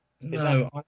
No